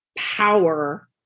power